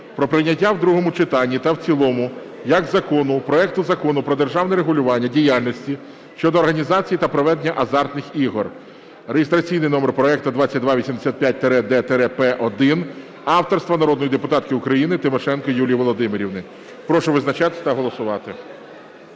про прийняття у другому читанні та в цілому як Закону проекту Закону "Про державне регулювання діяльності щодо організації та проведення азартних ігор" (реєстраційний номер проекту 2285-д-П1) авторства народної депутатки України Тимошенко Юлії Володимирівни. Прошу визначатись та голосувати.